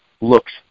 looks